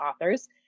authors